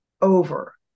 over